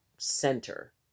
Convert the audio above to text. center